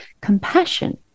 compassion